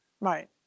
right